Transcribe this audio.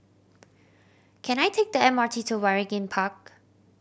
can I take the M R T to Waringin Park